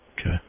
Okay